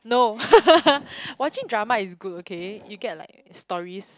no watching drama is good okay you get like stories